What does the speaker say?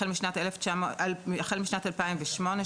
החל משנת 2008,